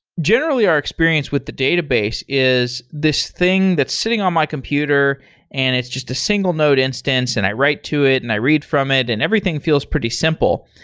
generally, our experience with the database is this thing that's sitting on my computer and it's just a single node instance and i write to it and i read from it and everything feels pretty simple.